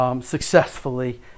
Successfully